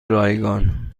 رایگان